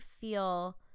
feel